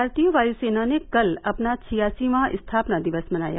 भारतीय वायुसेना कल अपना छियासीवां स्थापना दिवस मनाया